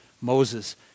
Moses